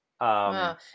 Wow